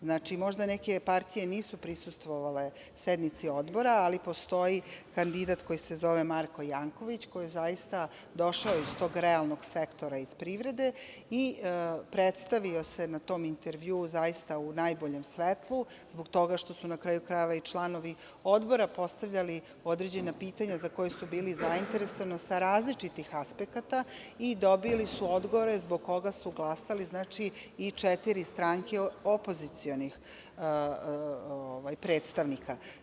Znači, možda neke partije nisu prisustvovale sednici Odbora ali postoji kandidat koji se zove Marko Janković, koji je zaista došao iz tog realnog sektora iz privrede i predstavio se na tom intervjuu zaista u najboljem svetlu zbog toga što su na kraju krajeva i članovi Odbora postavljali određena pitanja za koje su bili zainteresovani sa različitih aspekata i dobili su odgovore zbog koga su glasali i četiri stranke opozicionih predstavnika.